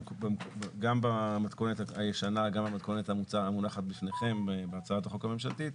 גם במתכונת הישנה וגם במתכונת המונחת בפניכם בהצעת החוק הממשלתית,